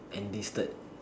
enlisted